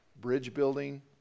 bridge-building